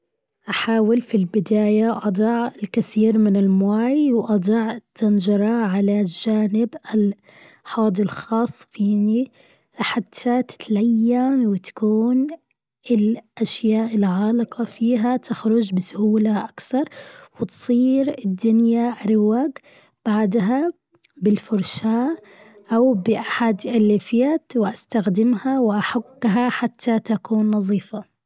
حاول في البداية أضع الكثير من الموي واضع الطنجرة على جانب الحوض الخاص فيني. حتى تتلين وتكون الأشياء العالقة فيها تخرج بسهولة أكثر. وتصير الدنيا رواق بعدها بالفرشاة أو بأحد الليفيات وأستخدمها وأحكها حتى تكون نظيفة.